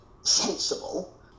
sensible